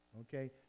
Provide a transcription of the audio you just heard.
Okay